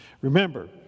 Remember